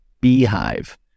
beehive